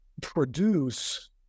produce